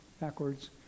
backwards